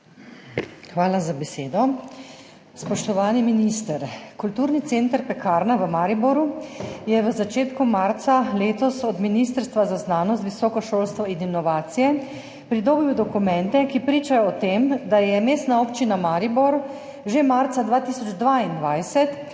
Hvala za besedo. Spoštovani minister! Kulturni center Pekarna v Mariboru je v začetku marca letos od Ministrstva za znanost, visoko šolstvo in inovacije pridobil dokumente, ki pričajo o tem, da je Mestna občina Maribor že marca 2022,